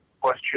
question